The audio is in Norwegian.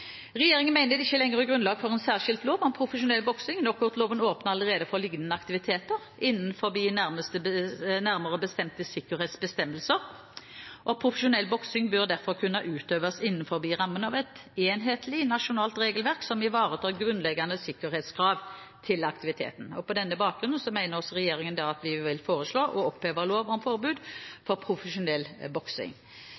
Regjeringen mener det ikke lenger er grunnlag for en særskilt lov om profesjonell boksing. Knockoutloven åpner allerede for lignende aktiviteter innenfor nærmere bestemte sikkerhetsbestemmelser. Profesjonell boksing bør derfor kunne utøves innenfor rammen av et enhetlig nasjonalt regelverk som ivaretar grunnleggende sikkerhetskrav til aktiviteten. På denne bakgrunn foreslår regjeringen å oppheve lov om forbud mot profesjonell boksing. Bare et par kommentarer til det